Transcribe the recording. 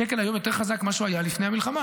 השקל הישראלי היום חזק יותר ממה שהוא היה לפני המלחמה.